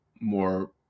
more